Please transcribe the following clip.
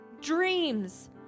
dreams